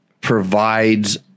provides